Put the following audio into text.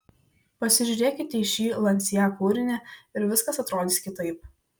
pasižiūrėkite į šį lancia kūrinį ir viskas atrodys kitaip